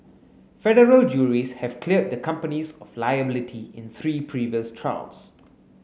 federal juries have cleared the companies of liability in three previous trials